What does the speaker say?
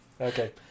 Okay